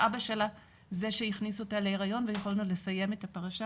שאבא שלה זה שהכניס אותה להיריון ויכולנו לסיים את הפרשה,